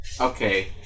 Okay